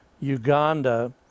Uganda